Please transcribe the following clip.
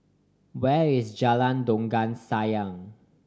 where is Jalan Dondang Sayang